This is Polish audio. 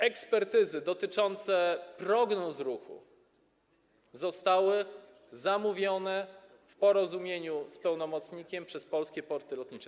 Ekspertyzy dotyczące prognoz ruchu zostały zamówione, w porozumieniu z pełnomocnikiem, przez Polskie Porty Lotnicze.